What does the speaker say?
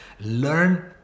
learn